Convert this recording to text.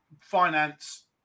finance